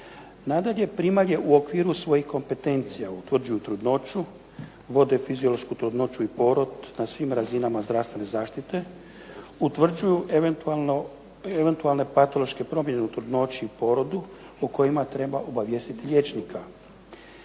Dakle, primalje u okviru svojih kompetenciju utvrđuju trudnoću, vode fiziološku trudnoću i porod na svim razinama zdravstvene zaštite, utvrđuje eventualne patološke promjene u trudnoći i porodu o kojima treba obavijestiti liječnika.